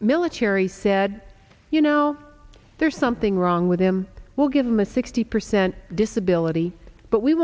military said you know there's something wrong with him we'll give him a sixty percent disability but we